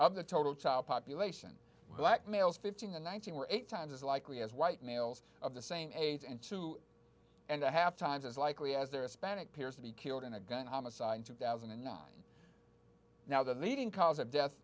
of the total child population black males fifteen and nineteen were eight times as likely as white males of the same age and two and a half times as likely as their span appears to be killed in a gun homicide in two thousand and nine now the leading cause of death